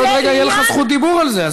עוד רגע תהיה לך זכות דיבור על זה.